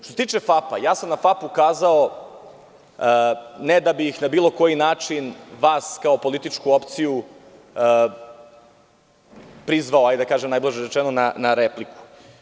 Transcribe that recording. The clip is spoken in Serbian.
Što se tiče FAP, ja sam na FAP ukazao ne da bi na bilo koji način vas kao političku opciju prizvao, najblaže rečeno, na repliku.